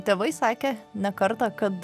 tėvai sakę ne kartą kad